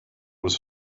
was